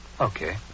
Okay